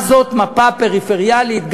מה זאת המפה הפריפריאלית,